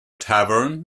tavern